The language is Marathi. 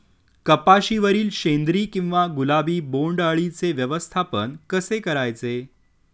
कपाशिवरील शेंदरी किंवा गुलाबी बोंडअळीचे व्यवस्थापन कसे करायचे?